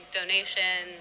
donation